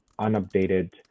unupdated